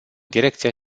direcția